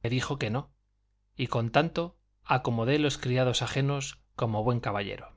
tío dijo que no y con tanto acomodé los criados ajenos como buen caballero